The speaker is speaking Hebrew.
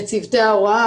בצוותי ההוראה,